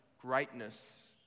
greatness